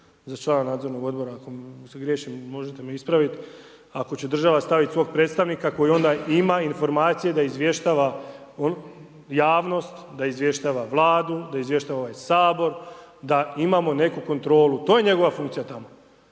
za člana nadzornog odbora ako griješim možete me ispraviti. Ako će država staviti svog predstavnika koji onda ima informacije da izvještava javnost, da izvještava Vladu, da izvještava ovaj Sabora, da imamo neku kontrolu, to je njegova funkcija tamo.